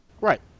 right